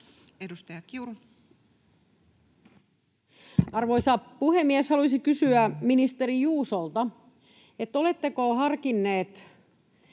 Edustaja Kiuru. Arvoisa puhemies! Haluaisin kysyä ministeri Juusolta: oletteko harkinnut